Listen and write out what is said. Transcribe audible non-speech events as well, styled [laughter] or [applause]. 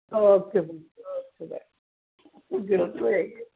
okay ਜੀ okay bye [unintelligible]